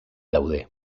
daude